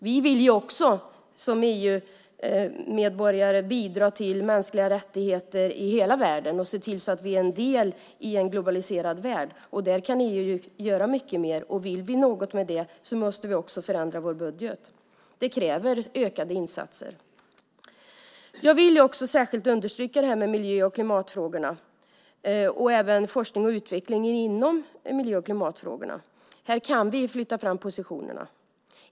Vi vill också som EU-medborgare bidra till mänskliga rättigheter i hela världen och se till att vi är en del i en globaliserad värld. Där kan EU göra mycket mer. Vill vi något med det måste vi också förändra vår budget. Det kräver ökade insatser. Jag vill också särskilt understryka detta med miljö och klimatfrågorna liksom forskning och utveckling inom miljö och klimatfrågorna. Här kan vi flytta fram positionerna.